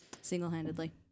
single-handedly